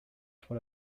for